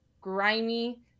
grimy